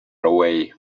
away